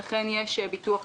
ובנוסף,